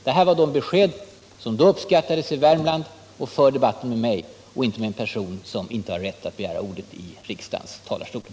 För dessutom debatten med mig och inte med en person som inte har rätt att begära ordet i kammaren!